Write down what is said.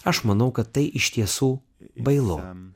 aš manau kad tai iš tiesų bailu